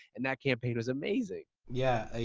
and that campaign was amazing. yeah,